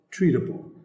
treatable